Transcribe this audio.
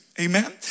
Amen